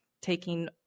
taking